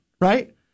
right